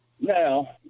Now